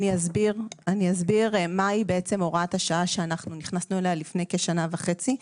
אני אסביר מהי הוראת השעה שאנחנו נכנסנו אליה לפני כשנה וחצי,